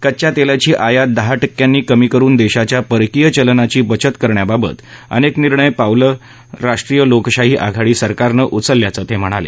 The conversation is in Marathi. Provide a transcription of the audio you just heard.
कच्च्या तेलाची आयात दहा टक्क्यांनी कमी करुन देशाच्या परकीय चलनाची बचत करण्याबाबत अनेक निर्णायक पावलं राष्ट्रीय लोकशाही आघाडी सरकारनं उचलल्याचं ते म्हणाले